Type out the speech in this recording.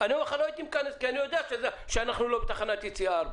כי אני יודע שאנחנו לא בתחנת יציאה מס'